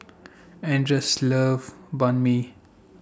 Anders loves Banh MI